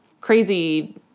crazy